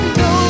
no